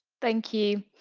thank you,